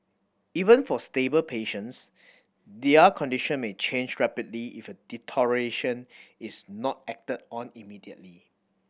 even for stable patients their condition may change rapidly if a deterioration is not acted on immediately